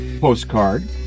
postcard